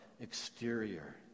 exterior